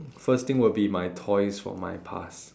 first thing will be my toys from my past